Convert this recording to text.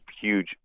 huge